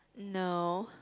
no